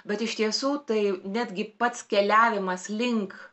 bet iš tiesų tai netgi pats keliavimas link